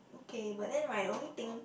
okay but then right the only thing